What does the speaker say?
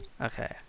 Okay